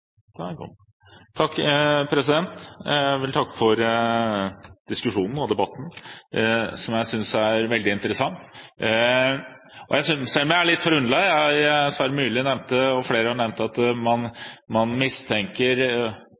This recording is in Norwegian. er nyttig å avgrense det til noen strekninger. Det har vi mye å lære av i Norge. Jeg vil takke for diskusjonen og debatten, som jeg synes er veldig interessant, selv om jeg er litt forundret. Sverre Myrli og flere nevnte at man mistenker